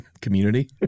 community